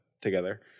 together